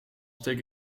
steek